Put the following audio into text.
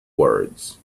words